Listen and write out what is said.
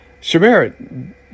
Shamir